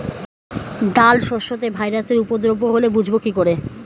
ডাল শস্যতে ভাইরাসের উপদ্রব হলে বুঝবো কি করে?